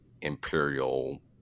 imperial